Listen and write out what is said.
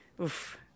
Oof